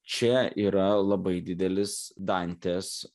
čia yra labai didelis dantės